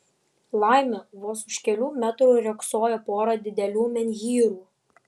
laimė vos už kelių metrų riogsojo pora didelių menhyrų